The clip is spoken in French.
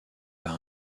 par